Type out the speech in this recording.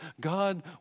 God